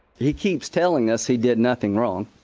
he keeps telling us he did nothing wrong.